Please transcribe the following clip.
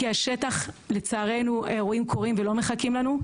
כי השטח לצערנו אירועים קורים ולא מחכים לנו.